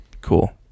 cool